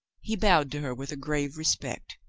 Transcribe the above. he bowed to her with a grave re spect.